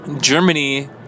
Germany